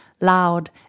loud